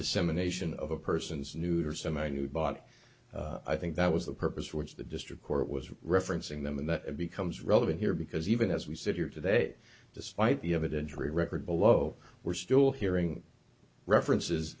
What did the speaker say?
dissemination of a person's nude or seminude body i think that was the purpose for which the district court was referencing them and that becomes relevant here because even as we sit here today despite the evidence of a record below we're still hearing references